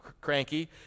cranky